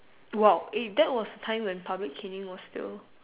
!wow! eh that was the time when public caning was still